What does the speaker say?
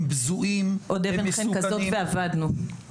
הם בזויים -- עוד אבן חן כזאת ואבדנו.